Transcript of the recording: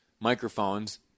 microphones